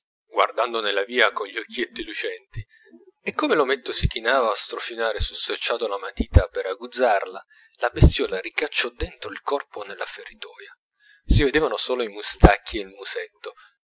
guardando nella via con gli occhietti lucenti e come l'ometto si chinava a strofinare sul selciato la matita per agguzzarla la bestiola ricacciò dentro il corpo nella feritoia si vedevano solo i mustacchi e il musetto